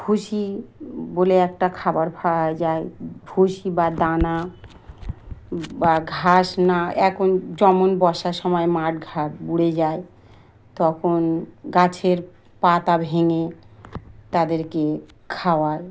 ভুসি বলে একটা খাবার পাওয়া যায় ভুসি বা দানা বা ঘাস না এখন যেমন বসার সময় মাঠ ঘাট বুড়ে যায় তখন গাছের পাতা ভেঙে তাদেরকে খাওয়ায়